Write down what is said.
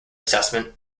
assessment